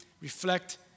reflect